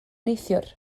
neithiwr